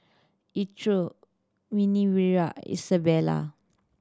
Minervia Isabela